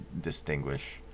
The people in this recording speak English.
distinguish